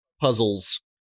puzzles